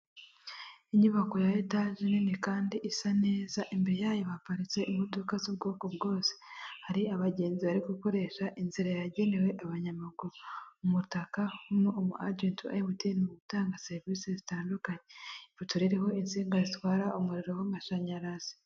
Inyubako ya etaje nini kandi isa neza, imbere yayo haparitse imodoka z'ubwoko bwose, hari abagenzi bari gukoresha inzira yagenewe abanyamaguru, umutaka urimo umu agenti wa emutiyene ari gutanga serivisi zitandukanye, ipoto ririho insinga, zitwara umuriro w'amashanyarazi.